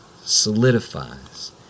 solidifies